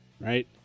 right